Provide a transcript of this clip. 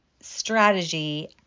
strategy